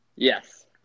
Yes